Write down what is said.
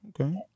Okay